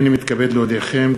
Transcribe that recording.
הנני מתכבד להודיעכם,